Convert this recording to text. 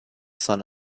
sun